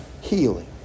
healing